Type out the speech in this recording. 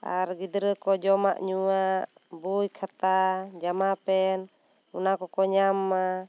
ᱟᱨ ᱜᱤᱫᱽᱨᱟᱹ ᱠᱚ ᱡᱚᱢᱟᱜ ᱧᱩᱣᱟᱜ ᱵᱚᱭ ᱠᱷᱟᱛᱟ ᱡᱟᱢᱟ ᱯᱮᱱ ᱚᱱᱟ ᱠᱚᱠᱚ ᱧᱟᱢ ᱢᱟ